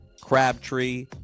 Crabtree